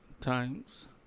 times